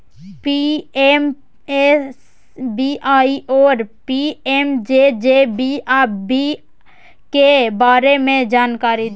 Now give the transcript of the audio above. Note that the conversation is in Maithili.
पी.एम.एस.बी.वाई आरो पी.एम.जे.जे.बी.वाई के बारे मे जानकारी दिय?